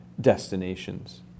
destinations